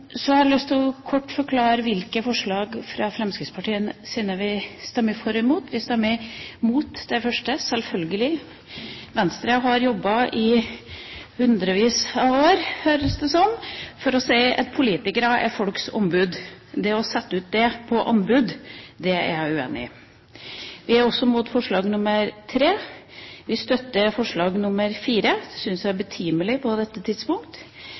Så har jeg lyst til kort å forklare hvilke forslag fra Fremskrittspartiet vi stemmer for og imot. Vi stemmer imot det første – selvfølgelig. Venstre har jobbet i hundrevis av år, føles det som, for å si at politikere er folks ombud. Det å sette dette ut på anbud er jeg uenig i. Vi er også imot forslag nr. 3. Vi støtter forslag nr. 4. Det syns jeg er betimelig på dette tidspunkt.